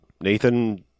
nathan